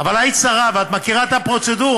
אבל היית שרה ואת מכירה את הפרוצדורות.